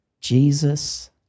Jesus